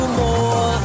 more